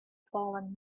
fallen